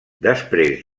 després